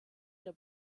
der